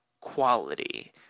quality